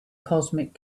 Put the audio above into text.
cosmic